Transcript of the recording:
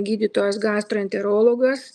gydytojas gastroenterologas